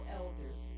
elders